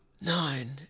nine